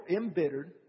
embittered